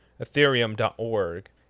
ethereum.org